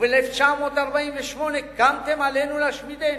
וב-1948 קמתם עלינו להשמידנו.